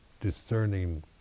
discerning